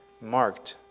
marked